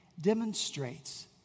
demonstrates